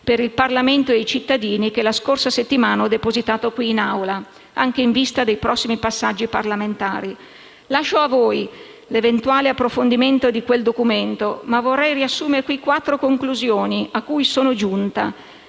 per il Parlamento e i cittadini che la scorsa settimana ho depositato qui in Assemblea, anche in vista dei prossimi passaggi parlamentari. Lascio a voi l'eventuale approfondimento di quel documento, ma vorrei qui riassumere quattro conclusioni a cui sono giunta